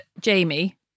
Jamie